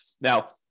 Now